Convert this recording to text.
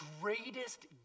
greatest